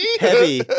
Heavy